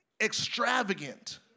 extravagant